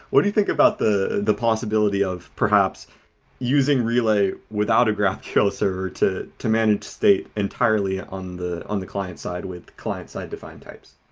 what do you think about the the possibility of perhaps using relay without a graphql server to to manage state entirely on the on the client side with the client side defined types?